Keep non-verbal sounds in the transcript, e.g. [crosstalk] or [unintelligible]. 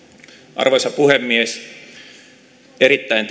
arvoisa puhemies erittäin [unintelligible]